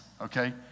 okay